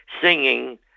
singing